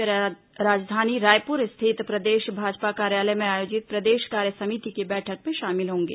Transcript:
वे राजधानी रायपुर स्थित प्रदेश भाजपा कार्यालय में आयोजित प्रदेश कार्यसमिति की बैठक में शामिल होंगे